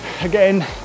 again